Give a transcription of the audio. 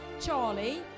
Charlie